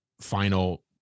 final